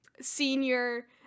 Senior